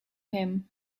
him